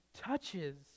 touches